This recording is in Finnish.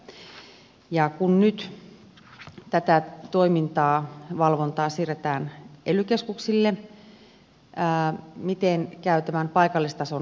kun nyt tätä toimintaa valvontaa siirretään ely keskuksille miten käy tämän paikallistason tuntemuksen